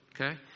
okay